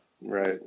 Right